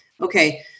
Okay